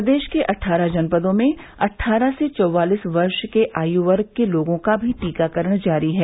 प्रदेश के अट्ठारह जनपदों में अट्ठारह से चौवालीस वर्ष के आयु वर्ग के लोगों का भी टीकाकरण जारी है